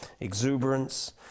exuberance